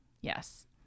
yes